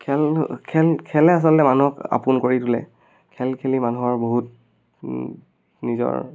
খেল খেল খেলে আচলতে মানুহক আপোন কৰি তোলে খেল খেলি মানুহৰ বহুত নিজৰ